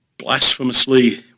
blasphemously